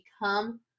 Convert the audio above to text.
become